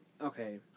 Okay